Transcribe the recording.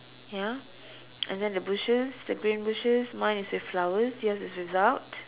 ya and then the bushes the green bushes mine is with flowers yours is without